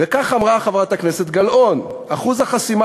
וכך אמרה חברת הכנסת גלאון: אחוז החסימה